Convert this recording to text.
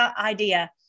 idea